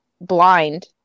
blind